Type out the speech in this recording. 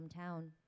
hometown